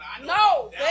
No